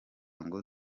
ngo